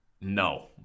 no